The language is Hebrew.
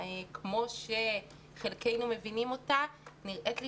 כמו שחלקנו מבינים אותה, נראית לי